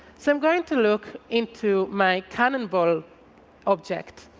so i'm going to look into my cannonball object.